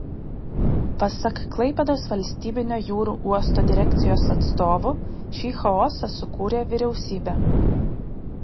pasak klaipėdos valstybinio jūrų uosto direkcijos atstovų šį chaosą sukūrė vyriausybė